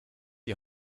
die